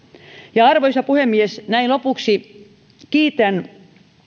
arvoisa puhemies lopuksi kiitän